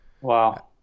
Wow